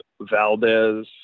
Valdez